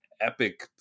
epic